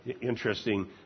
interesting